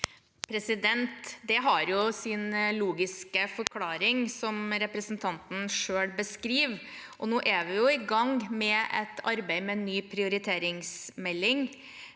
Det har jo sin logiske forklaring, som representanten selv beskriver. Nå er vi i gang med et arbeid med ny prioriteringsmelding.